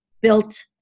built